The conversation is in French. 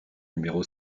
numéro